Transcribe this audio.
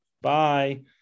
Bye